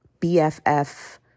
bff